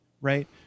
right